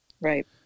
right